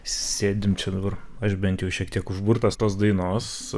sėdim čia dabar aš bent jau šiek tiek užburtas tos dainos